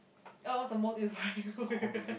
oh what's the most inspiring